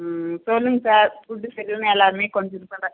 ம் ம் சொல்லுங்கள் சார் ஃபுட்டு சரி இல்லைன்னு எல்லாருமே கொஞ்சம் இது பண்ணுறாங்க